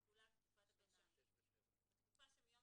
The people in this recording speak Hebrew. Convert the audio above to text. תחולה בתקופת הביניים 15. בתקופה שמיום